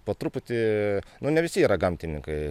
po truputį nu ne visi yra gamtininkai